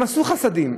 הם עשו חסדים,